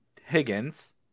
Higgins